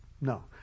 No